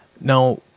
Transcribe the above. now